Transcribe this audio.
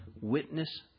witness